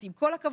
עם כל הכבוד